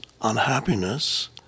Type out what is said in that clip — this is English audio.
unhappiness